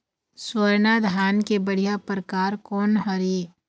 स्वर्णा धान के बढ़िया परकार कोन हर ये?